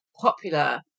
popular